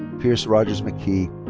pierce rogers mckee.